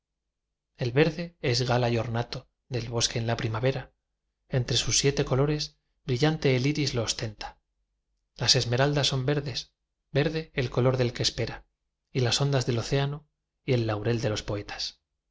el verde es gala y ornato del bosque en la primavera entre sus siete colores brillante el iris lo ostenta las esmeraldas son verdes verde el color del que espera y las ondas del océano y el laurel de los poetas